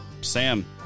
Sam